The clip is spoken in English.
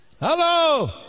Hello